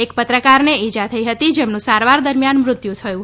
એક પત્રકારને ઈજા થઈ હતી જેમનું સારવાર દરમિયાન મૃત્યુ નિપજ્યું હતું